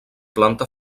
planta